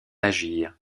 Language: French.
agir